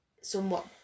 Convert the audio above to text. somewhat